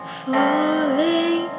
falling